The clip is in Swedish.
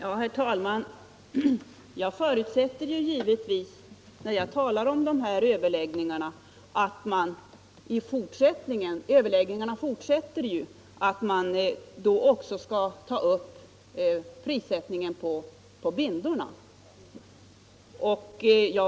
Herr talman! Jag förutsätter givetvis, när jag talar om dessa överläggningar, att man i fortsättningen — överläggningarna fortsätter ju — också skall ta upp prissättningen på bindorna.